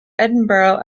edinburgh